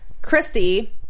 Christy